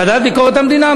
ועדת ביקורת המדינה.